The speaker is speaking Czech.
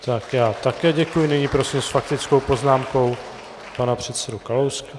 Tak já také děkuji, nyní prosím s faktickou poznámkou pana předsedu Kalouska. .